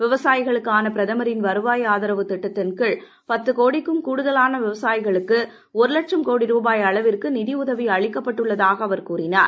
விவசாயிகளுக்கான பிரதமரின் வருவாய் ஆதரவு திட்டத்தின் கீழ் பத்து கோடிக்கும் கூடுதலான விவசாயிகளுக்கு ஒரு லட்சம் கோடி ரூபாய் அளவிற்கு நிதி உதவி அளிக்கப்பட்டுள்ளதாக அவர் கூறினார்